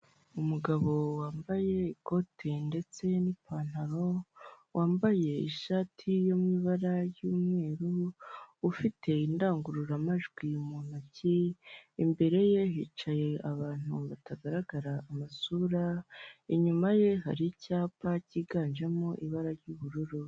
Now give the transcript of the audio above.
Umugabo wambaye ikote ndetse n'ipantalo, wambaye ishati yo mu ibara ry'umweru ufite indangururamajwi mu ntoki, imbere ye hicaye abantu batagaragara amasura, inyuma ye hari icyapa cyiganjemo ibara ry'ubururu.